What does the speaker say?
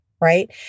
right